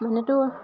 এনেতো